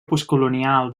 postcolonial